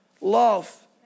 love